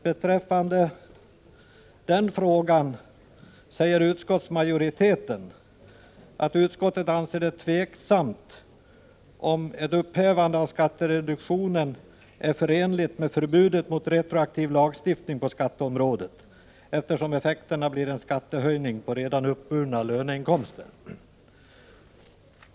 Beträffande ett upphävande av skattereduktionen säger utskottsmajoriteten att ”utskottet anser det tveksamt om en sådan åtgärd är förenlig med förbudet mot retroaktiv lagstiftning på skatteområdet, eftersom effekterna blir en skattehöjning på redan uppburna löneinkomster”.